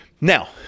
Now